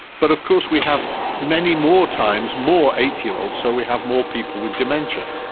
but of course we have many more times, more eighty year olds, so we have more people with dementia.